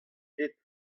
ket